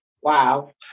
wow